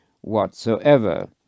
whatsoever